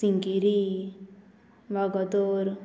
Sinquerim Vagator